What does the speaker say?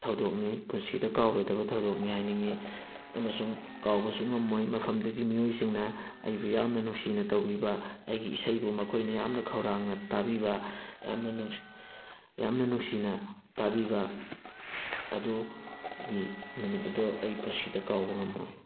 ꯊꯧꯗꯣꯛꯅꯤ ꯄꯨꯟꯁꯤꯗ ꯀꯥꯎꯔꯣꯏꯗꯕ ꯊꯧꯗꯣꯛꯅꯤ ꯍꯥꯏꯅꯤꯡꯉꯤ ꯑꯃꯁꯨꯡ ꯀꯥꯎꯕꯁꯨ ꯉꯝꯃꯣꯏ ꯃꯐꯝꯗꯨꯒꯤ ꯃꯤꯌꯣꯏꯁꯤꯡꯅ ꯑꯩꯕꯨ ꯌꯥꯝꯅ ꯅꯨꯡꯁꯤꯅ ꯇꯧꯕꯤꯕ ꯑꯩꯒꯤ ꯏꯁꯩꯕꯨ ꯃꯈꯣꯏꯅ ꯌꯥꯝꯅ ꯈꯧꯔꯥꯡꯅ ꯇꯥꯕꯤꯕ ꯌꯥꯝꯅ ꯅꯨꯡꯁꯤ ꯌꯥꯝꯅ ꯅꯨꯡꯁꯤꯅ ꯇꯥꯕꯤꯕ ꯑꯗꯨꯒꯤ ꯅꯨꯃꯤꯠ ꯑꯗꯣ ꯑꯩ ꯄꯨꯟꯁꯤꯗ ꯀꯥꯎꯕ ꯉꯝꯃꯣꯏ